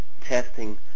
testing